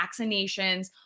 vaccinations